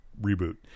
reboot